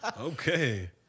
Okay